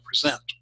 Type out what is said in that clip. present